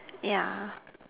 yeah